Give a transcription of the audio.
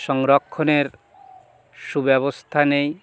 সংরক্ষণের সুব্যবস্থা নেই